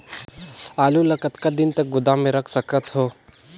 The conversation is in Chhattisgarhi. आलू ल कतका दिन तक गोदाम मे रख सकथ हों?